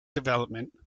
development